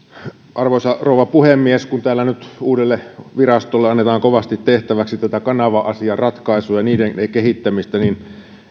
arvoisa rouva puhemies kun täällä nyt uudelle virastolle annetaan kovasti tehtäväksi kanava asian ratkaisuja ja niiden kehittämistä